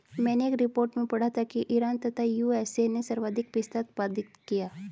मैनें एक रिपोर्ट में पढ़ा की ईरान तथा यू.एस.ए ने सर्वाधिक पिस्ता उत्पादित किया